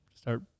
Start